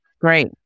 great